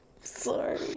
Sorry